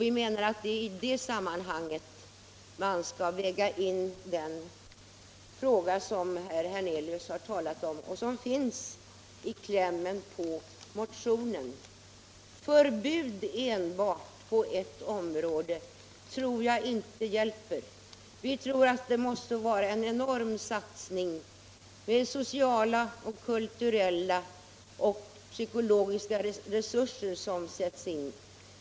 Vi menar att det är i det sammanhanget man skall väga in den fråga som herr Hernelius har talat om och som berörs i klämmen på motionen. Enbart förbud på ett område tror vi inte hjälper. Vi menar att det krävs en enorm satsning av sociala, kulturella och psykologiska resurser.